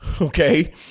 okay